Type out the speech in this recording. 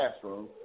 classroom